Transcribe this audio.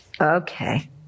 Okay